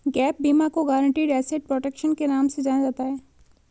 gap बीमा को guaranteed asset protection के नाम से जाना जाता है